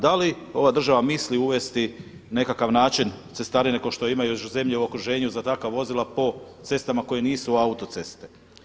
Da li ova država misli uvesti nekakav način cestarine kao što imaju zemlje u okruženju za takva vozila po cestama koje nisu autoceste.